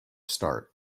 start